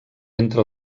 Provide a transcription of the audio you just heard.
entre